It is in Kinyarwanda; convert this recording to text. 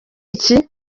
iki